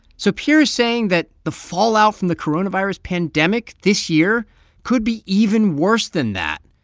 so pierre saying that the fallout from the coronavirus pandemic this year could be even worse than that.